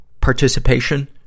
participation